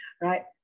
right